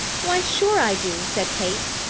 why, sure i do, said kate.